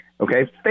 Okay